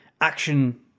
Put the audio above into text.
action